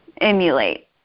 emulate